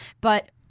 But-